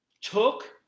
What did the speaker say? took